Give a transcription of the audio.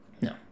No